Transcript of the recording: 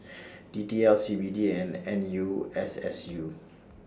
D T L C B D and N U S S U